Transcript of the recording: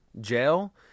jail